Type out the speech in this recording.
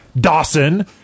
Dawson